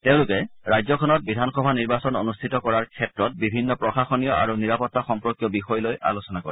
তেওঁলোকে ৰাজ্যখনত বিধানসভা নিৰ্বাচন অনুষ্ঠিত কৰাৰ ক্ষেত্ৰত বিভিন্ন প্ৰশাসনীয় আৰু নিৰাপত্তা সম্পৰ্কীয় বিষয় লৈ আলোচনা কৰে